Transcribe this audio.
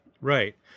Right